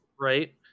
Right